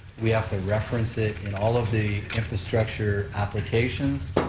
we have to reference it in all of the infrastructure applications,